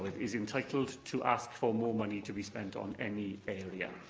is entitled to ask for more money to be spent on any area,